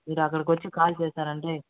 మీరు అక్కడికి వచ్చి కాల్ చేసారంటే